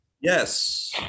Yes